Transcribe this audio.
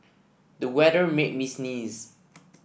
the weather made me sneeze